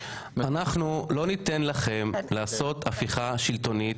אנחנו לא ניתן לכם לעשות הפיכה שלטונית